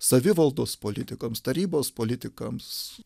savivaldos politikams tarybos politikams